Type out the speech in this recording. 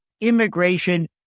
immigration